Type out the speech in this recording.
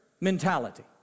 mentality